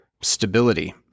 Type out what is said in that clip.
stability